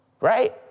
right